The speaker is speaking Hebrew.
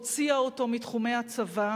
הוציאה אותו מתחומי הצבא